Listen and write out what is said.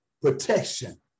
protection